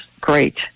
great